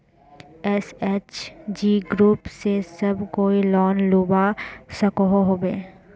SHG group से सब कोई लोन लुबा सकोहो होबे?